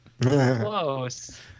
close